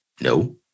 No